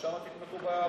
גם שם תתמכו ביישובים,